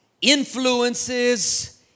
influences